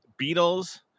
Beatles